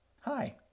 Hi